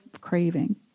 craving